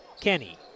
Kenny